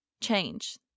change